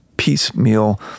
piecemeal